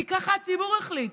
כי ככה הציבור החליט,